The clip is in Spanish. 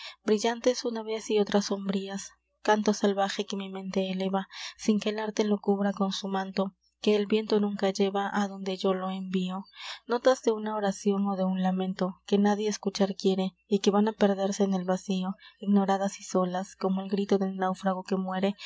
brillantes una vez y otra sombrías canto salvaje que mi mente eleva sin que el arte lo cubra con su manto que el viento nunca lleva á donde yo lo envío notas de una oracion ó de un lamento que nadie escuchar quiere y que van á perderse en el vacío ignoradas y solas como el grito del náufrago que muere